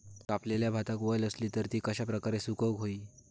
कापलेल्या भातात वल आसली तर ती कश्या प्रकारे सुकौक होई?